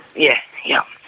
yeah, yeah.